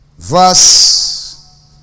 Verse